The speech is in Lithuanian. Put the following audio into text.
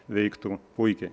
veiktų puikiai